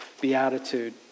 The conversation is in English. Beatitude